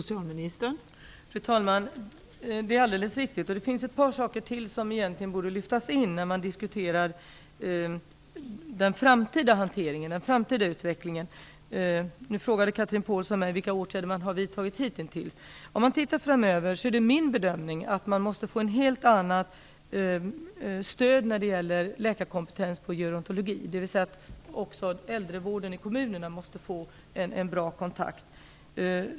Fru talman! Det är alldeles riktigt, och det finns ett par saker till som egentligen borde lyftas in när man diskuterar den framtida hanteringen och den framtida utvecklingen. Chatrine Pålsson frågade mig vilka åtgärder som hittills har vidtagits, men om man tittar framåt är det min bedömning att man måste få till stånd ett helt annat stöd när det gäller läkarkompetens på gerontologi, dvs. att också äldrevården i kommunerna måste få en bra kontakt.